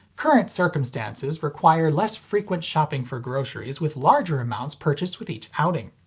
current circumstances require less frequent shopping for groceries with larger amounts purchased with each outing.